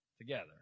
together